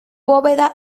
bóveda